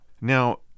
now